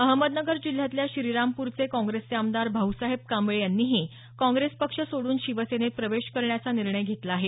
अहमदनगर जिल्ह्यातल्या श्रीरामपूरचे काँग्रेसचे आमदार भाऊसाहेब कांबळे यांनीही काँग्रेस पक्ष सोडून शिवसेनेत प्रवेश करण्याचा निर्णय घेतला आहे